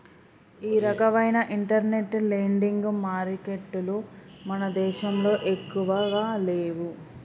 ఈ రకవైన internet lending మారికెట్టులు మన దేశంలో ఎక్కువగా లేవు